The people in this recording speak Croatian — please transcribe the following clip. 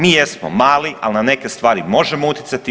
Mi jesmo mali, ali na neke stvari možemo utjecati.